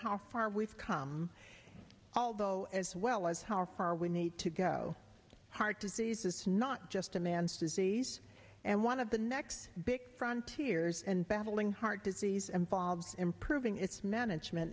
how far we've come although as well as how far we need to go heart disease is not just a man's disease and one of the next big front tears and battling heart disease and bobs improving its management